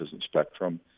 spectrum